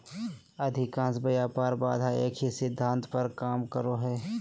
अधिकांश व्यापार बाधा एक ही सिद्धांत पर काम करो हइ